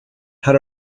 had